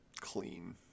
clean